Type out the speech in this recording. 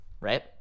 right